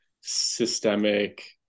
systemic